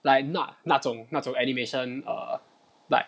like not 那种那种 animation err like